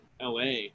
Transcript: la